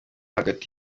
hagati